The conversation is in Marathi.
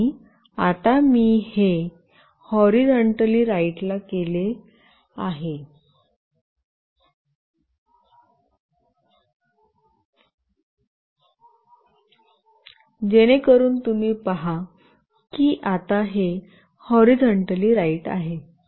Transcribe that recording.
आणि आता मी हे हॉरीझॉनटली राईट ला केले आहे जेणेकरून तुम्ही पहा की आता हे हॉरीझॉनटली राईट आहे